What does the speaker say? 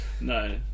no